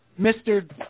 Mr